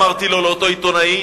אמרתי לאותו עיתונאי,